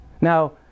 Now